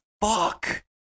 fuck